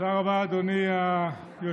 תודה רבה, אדוני היושב-ראש.